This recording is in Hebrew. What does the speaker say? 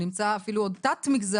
נמצא אפילו תת-מגזר,